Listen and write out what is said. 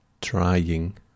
trying